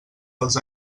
els